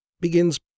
begins